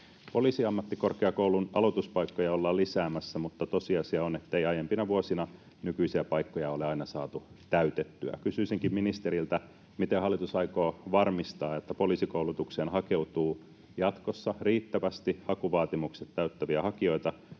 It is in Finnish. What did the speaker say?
Poliisiammattikorkeakoulun aloituspaikkoja ollaan lisäämässä, mutta tosiasia on, ettei aiempina vuosina nykyisiä paikkoja ole aina saatu täytettyä. Kysyisinkin ministeriltä: miten hallitus aikoo varmistaa, että poliisikoulutukseen hakeutuu jatkossa riittävästi hakuvaatimukset täyttäviä hakijoita,